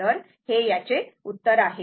तर हे उत्तर आहे